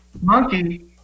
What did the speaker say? Monkey